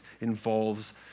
involves